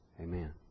Amen